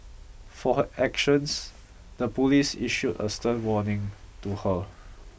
for her actions the police issued a stern warning to her